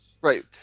Right